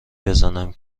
بزنم